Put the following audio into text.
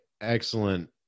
excellent